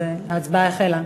ההצבעה החלה.